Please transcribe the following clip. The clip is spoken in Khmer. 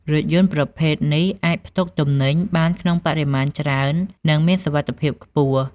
រថយន្តប្រភេទនេះអាចផ្ទុកទំនិញបានក្នុងបរិមាណច្រើននិងមានសុវត្ថិភាពខ្ពស់។